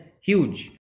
huge